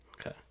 Okay